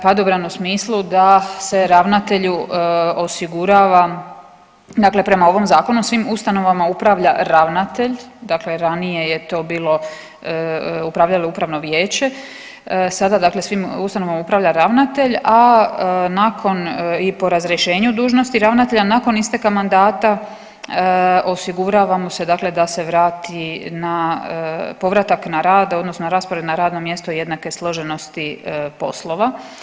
Padobran u smislu da se ravnatelju osigurava, dakle prema ovom zakonu svim ustanovama upravlja ravnatelj, dakle ranije je to bilo upravljalo je upravno vijeće, sada dakle svim ustanovama upravlja ravnatelj, a nakon i po razrješenju dužnosti ravnatelja nakon isteka mandata osigurava mu se dakle da se vrati na povratak odnosno raspored na radno mjesto jednake složenosti poslova.